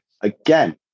Again